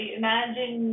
imagine